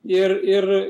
ir ir